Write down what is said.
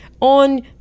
On